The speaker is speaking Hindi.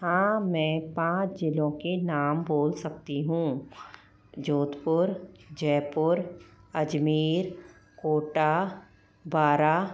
हाँ मैं पाँच ज़िलों के नाम बोल सकती हूँ जोधपुर जयपुर अजमेर कोटा बारा